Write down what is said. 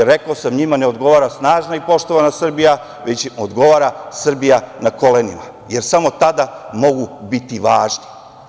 Rekao sam njima ne odgovara snažna i poštovana Srbija, već im odgovara Srbija na kolenima, jer samo tada mogu biti važni.